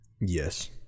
yes